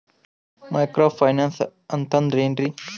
Micro finance ಅಂತಂದ್ರ ಏನ್ರೀ?